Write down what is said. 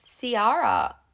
Ciara